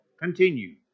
continue